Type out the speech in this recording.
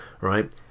Right